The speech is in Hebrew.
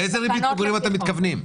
לאיזו ריבית פיגורים אתם מתכוונים?